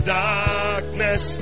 darkness